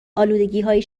الودگیهای